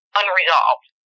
unresolved